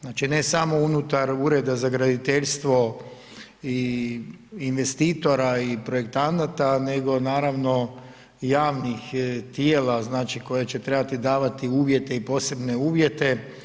Znači, ne samo unutar Ureda za graditeljstvo i investitora i projektanata, nego naravno i javnih tijela znači koji će trebati davati uvjete i posebne uvjete.